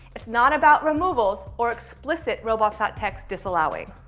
it's not about removals or explicit robots ah txt disallowing.